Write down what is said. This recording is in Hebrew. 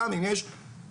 גם אם יש 10%,